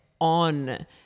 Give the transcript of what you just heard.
on